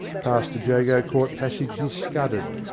past the jago court passage he scudded,